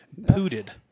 pooted